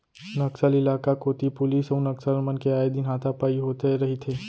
नक्सल इलाका कोती पुलिस अउ नक्सल मन के आए दिन हाथापाई होथे रहिथे